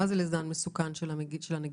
מה זה "לזן מסוכן של הנגיף"?